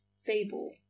Fable